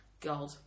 God